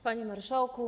Panie Marszałku!